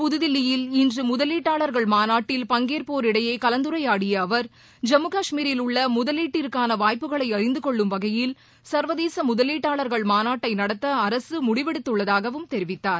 புதுதில்லியில் இன்று முதலீட்டாளர்கள் மாநாட்டில் பங்கேற்போரிடையே கலந்துரையாடிய அவர் ஜம்மு காஷ்மீரில் உள்ள முதலீட்டிற்கான வாய்ப்புகளை அறிந்து கொள்ளும் வகையில் சர்வதேச முதலீட்டாளர்கள் மாநாட்டை நடத்த அரசு முடிவெடுத்துள்ளதாகவும் தெரிவித்தார்